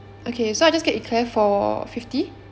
okay so I just get eclair for fifty